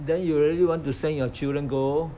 then you really want to send your children go